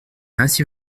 ainsi